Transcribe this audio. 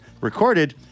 recorded